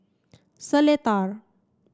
Seletar